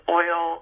oil